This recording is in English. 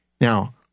Now